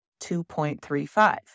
2.35